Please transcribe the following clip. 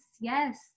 Yes